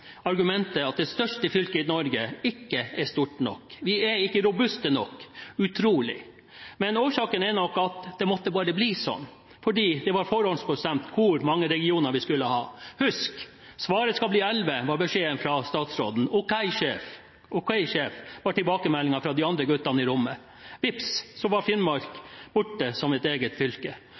argumentet at det største fylket i Norge ikke er stort nok. Vi er ikke robuste nok. Utrolig! Men årsaken er nok at det bare måtte bli sånn fordi det var forhåndsbestemt hvor mange regioner vi skulle ha. Husk – svaret skal bli elleve, var beskjeden fra statsråden. OK, sjef, var tilbakemeldingen fra de andre guttene i rommet. Vips, så var Finnmark borte som et eget fylke,